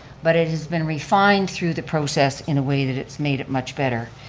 but it has been refined through the process in a way that it's made it much better.